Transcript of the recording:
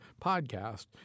podcast